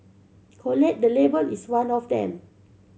collate the label is one of them